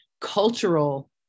cultural